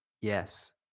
Yes